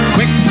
Quick